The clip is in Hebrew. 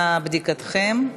נא בדיקתכם.